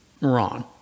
Wrong